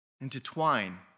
intertwine